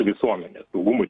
visuomenės saugumui